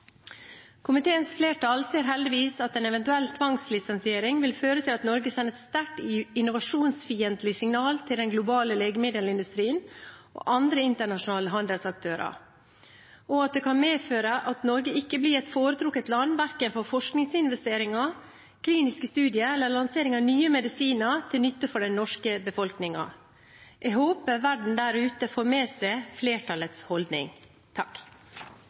Komiteens flertall ser heldigvis at en eventuell tvangslisensiering vil føre til at Norge sender et sterkt innovasjonsfiendtlig signal til den globale legemiddelindustrien og andre internasjonale handelsaktører, og at det kan medføre at Norge ikke blir et foretrukket land verken for forskningsinvesteringer, kliniske studier eller lansering av nye medisiner til nytte for den norske befolkningen. Jeg håper verden der ute får med seg flertallets holdning.